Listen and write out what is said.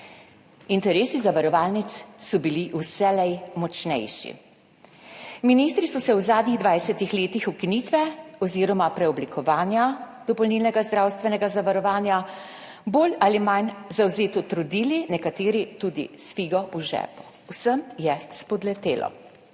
interesi zavarovalnic so bili vselej močnejši. Ministri so se v zadnjih 20 letih za ukinitve oziroma preoblikovanja dopolnilnega zdravstvenega zavarovanja bolj ali manj zavzeto trudili, nekateri tudi s figo v žepu. Vsem je spodletelo.